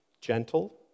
gentle